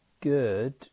good